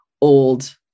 old